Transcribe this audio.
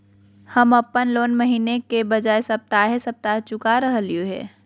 हम अप्पन लोन महीने के बजाय सप्ताहे सप्ताह चुका रहलिओ हें